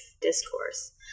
discourse